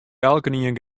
elkenien